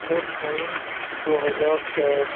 دس مئی دو ہزار چار